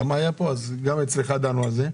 אבל גם אצלך דנו על זה.